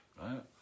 right